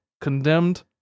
condemned